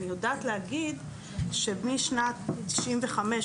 אני יודעת להגיד שמשנת 1995,